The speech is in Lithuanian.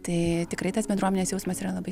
tai tikrai tas bendruomenės jausmas yra labai